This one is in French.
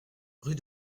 rue